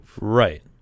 Right